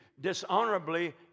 dishonorably